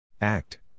Act